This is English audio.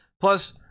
Plus